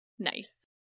nice